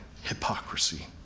hypocrisy